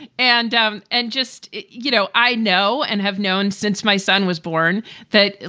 and um and just, you know, i know and have known since my son was born that,